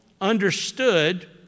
understood